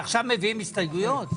עכשיו מביאים הסתייגויות?